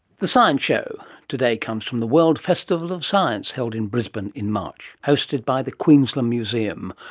the science show today comes from the world festival of science, held in brisbane in march, hosted by the queensland museum.